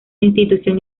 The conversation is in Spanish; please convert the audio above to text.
institución